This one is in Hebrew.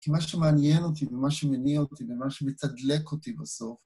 כי מה שמעניין אותי ומה שמניע אותי ומה שמתדלק אותי בסוף...